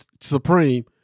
supreme